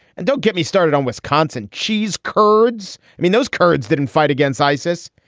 and don't get me started on wisconsin cheese curds. i mean, those kurds didn't fight against isis,